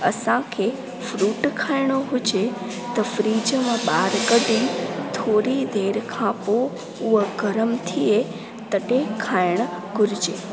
असांखे फ्रूट खाइणो हुजे त फ्रिज मो ॿाहिरि कढी थोरी देरि खां पोइ उहो गरम थिए तॾहिं खाइणु घुरिजे